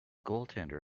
goaltender